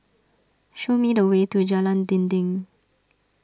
show me the way to Jalan Dinding